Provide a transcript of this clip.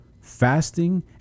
fasting